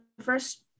first